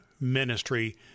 ministry